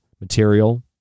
material